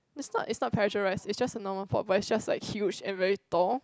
it's not it's not pasteurize it's just a normal pot but is just like huge and very tall